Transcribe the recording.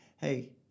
hey